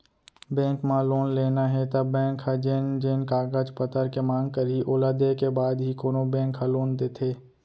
bank म loan लेना हे त बेंक ह जेन जेन कागज पतर के मांग करही ओला देय के बाद ही कोनो बेंक ह लोन देथे